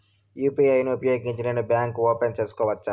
UPI ను ఉపయోగించి నేను బ్యాంకు ఓపెన్ సేసుకోవచ్చా?